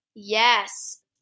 Yes